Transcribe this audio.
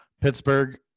Pittsburgh